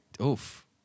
oof